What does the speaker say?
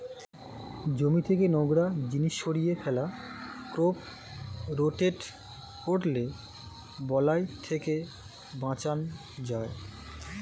জমি থেকে নোংরা জিনিস সরিয়ে ফেলা, ক্রপ রোটেট করলে বালাই থেকে বাঁচান যায়